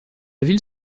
ville